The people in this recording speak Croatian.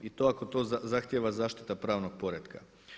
I to ako to zahtijeva zaštita pravnog poretka.